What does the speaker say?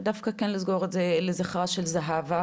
ודווקא כן לסגור את זה לזכרה של זהבה,